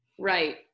Right